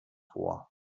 vor